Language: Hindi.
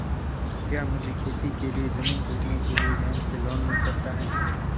क्या मुझे खेती के लिए ज़मीन खरीदने के लिए बैंक से लोन मिल सकता है?